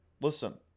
Listen